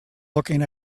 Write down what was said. looking